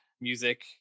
music